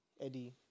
Eddie